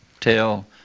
tell